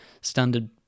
standard